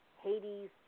Hades